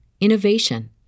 innovation